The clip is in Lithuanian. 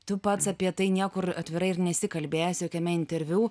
tu pats apie tai niekur atvirai ir nesi kalbėjęs jokiame interviu